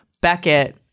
Beckett